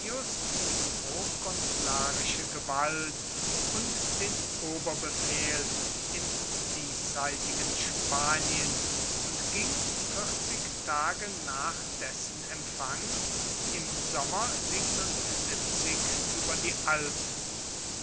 die prokonsularische gewalt und den oberbefehl im diesseitigen spanien und ging vierzig tage nach dessen empfang im sommer über die alpen